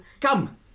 Come